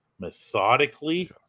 methodically